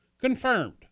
Confirmed